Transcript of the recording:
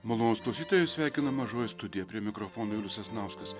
malonūs klausytojai sveikina mažoji studija prie mikrofono julius sasnauskas